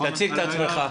תציג את עצמך.